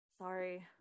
Sorry